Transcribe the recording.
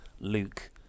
Luke